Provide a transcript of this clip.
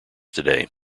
today